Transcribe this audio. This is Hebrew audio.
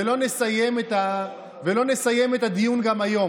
ולא נסיים את הדיון גם היום.